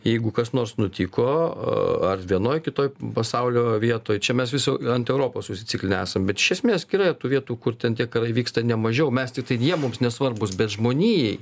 jeigu kas nors nutiko ar vienoj kitoj pasaulio vietoj čia mes visų ant europos užsiciklinę esam bet iš esmės gi yra tų vietų kur ten tie karai vyksta ne mažiau mes tiktai jie mums nesvarbūs bet žmonijai